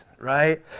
right